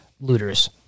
looters